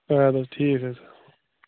اَدٕ حظ ٹھیٖک حظ